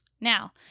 Now